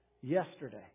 yesterday